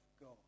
God